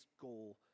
goal